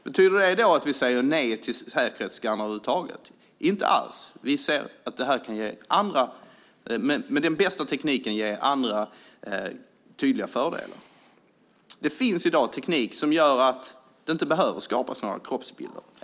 Betyder det alltså att vi säger nej till säkerhetsskannrar över huvud taget? Inte alls, vi säger att den bästa tekniken kan ge andra tydliga fördelar. Det finns i dag teknik som gör att det inte behöver skapas några kroppsbilder.